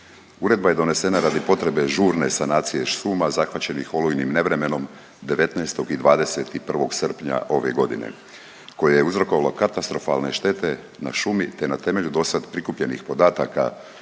Uredba je donesena radi potrebe žurne sanacije šuma zahvaćenih olujnim nevremenom 19. i 21. srpnja ove godine koje je uzrokovalo katastrofalne štete na šumi te na temelju dosad prikupljenih podataka